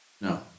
No